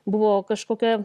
buvo kažkokia